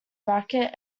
racquet